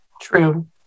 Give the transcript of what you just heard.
True